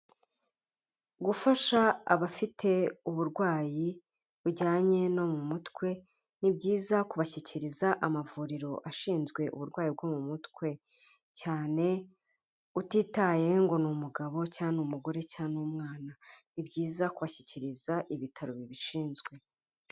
Gufasha abafite uburwayi bujyanye no mu mutwe, ni byiza kubashyikiriza amavuriro ashinzwe uburwayi bwo mu mutwe, cyane utitaye ngo ni umugabo cyangwa umugore cyangwa umwana. Ni byiza kubashyikiriza ibitaro bibishinzwe.